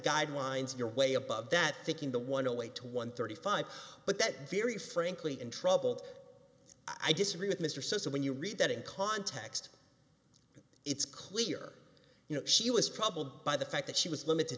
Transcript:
guidelines you're way above that thinking the one away to one thirty five but that very frankly and troubled i disagree with mr sisson when you read that in context it's clear you know she was probably the fact that she was limited